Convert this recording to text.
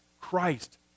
Christ